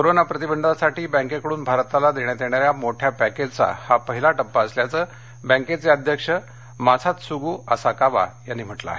corona प्रतिबंधासाठी बँकेकडून भारताला देण्यात येणाऱ्या मोठ्या पक्रिचा हा पहिला टप्पा असल्याचं बँकेचे अध्यक्ष मासात्सुग् असाकावा यांनी म्हटलं आहे